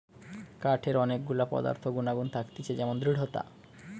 কাঠের অনেক গুলা পদার্থ গুনাগুন থাকতিছে যেমন দৃঢ়তা